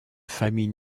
famille